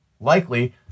likely